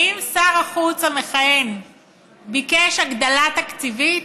האם שר החוץ המכהן ביקש הגדלה תקציבית?